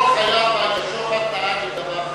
כל חייו בייגה שוחט דאג לדבר אחד,